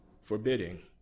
forbidding